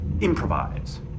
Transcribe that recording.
improvise